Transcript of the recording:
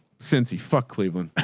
since he fuck cleveland.